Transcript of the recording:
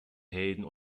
helden